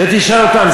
את זה תשאל אותם.